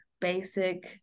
basic